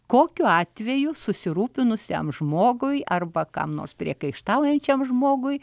kokiu atveju susirūpinusiam žmogui arba kam nors priekaištaujančiam žmogui